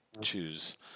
choose